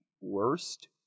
worst